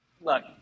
Look